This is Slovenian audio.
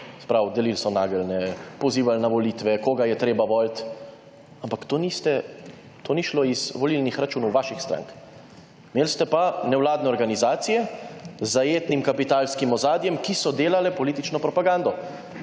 pravi delili so nageljne, pozivali na volitve, koga je treba voliti, ampak to ni šlo iz volilnih računov vaših strank. Imeli ste pa nevladne organizacije z zajetnim kapitalskim ozadjem, ki so delale politično propagando.